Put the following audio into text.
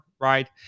right